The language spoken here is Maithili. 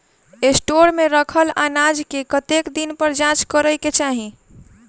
स्टोर मे रखल अनाज केँ कतेक दिन पर जाँच करै केँ चाहि?